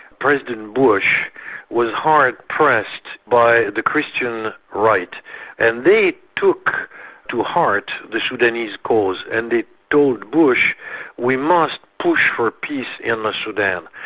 president bush was hard-pressed by the christian right and they took to heart the sudanese cause and they told bush we must push for peace in the sudan.